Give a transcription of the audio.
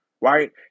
right